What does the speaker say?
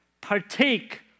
Partake